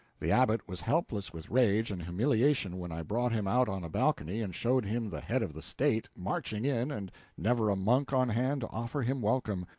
the abbot was helpless with rage and humiliation when i brought him out on a balcony and showed him the head of the state marching in and never a monk on hand to offer him welcome,